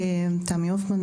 שמי תמי הופמן,